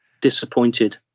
disappointed